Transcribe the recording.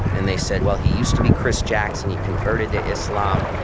and they said, well, he used to be chris jackson. he converted to islam.